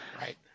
Right